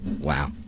Wow